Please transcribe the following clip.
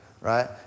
right